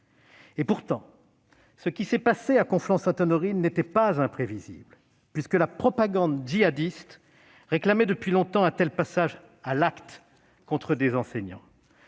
Et pourtant, ce qui s'est passé à Conflans-Sainte-Honorine n'était pas imprévisible, puisque la propagande djihadiste réclamait depuis longtemps un tel passage à l'acte contre des enseignants.